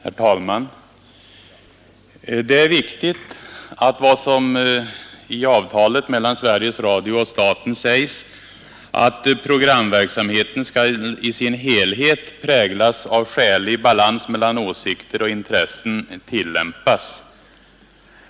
Herr talman! Det är viktigt att vad som i avtalet mellan Sveriges Radio och staten säges att ”programverksamheten skall i sin helhet präglas av skälig balans mellan åsikter och intressen” tillämpas.